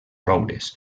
roures